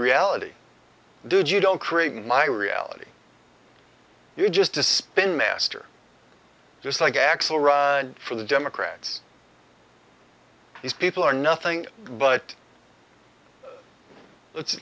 reality dude you don't create my reality you just to spin master just like axelrod for the democrats these people are nothing but let's